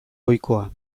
ohikoa